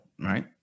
right